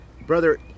Brother